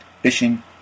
fishing